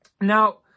Now